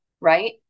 Right